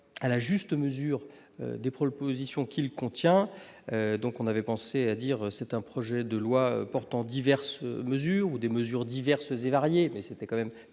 à la juste mesure des propositions qu'il contient donc on avait pensé à dire c'est un projet de loi portant diverses mesures ou des mesures diverses et variées, mais c'était quand même